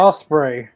Osprey